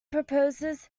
proposes